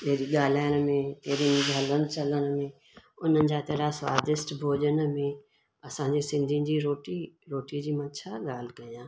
अहिड़ी ॻाल्हाइण में अहिड़ी हलण चलण में हुननि जा त अहिड़ा स्वादिष्ट भोजन में असांजी सिंधियुनि जी रोटी रोटी जी मां छा ॻाल्हि कया